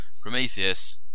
Prometheus